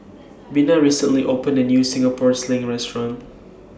Bina recently opened A New Singapore Sling Restaurant